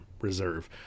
reserve